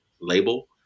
label